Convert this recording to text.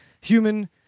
human